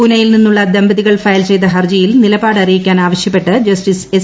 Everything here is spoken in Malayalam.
പൂനെയിൽ നിന്നുള്ള ദമ്പതികൾ ഫയൽ ചെയ്ത ഹർജിയിൽ നിലപാട് അറിയിക്കാൻ അവശ്യപ്പെട്ട് ജസ്റ്റിസ് എസ്